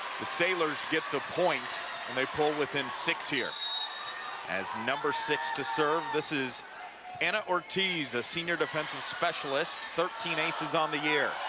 the sailors get the point and they pull within six here asnumber six to serve. this is anna or tease, a senior defensive specialist, thirteen aces on the year.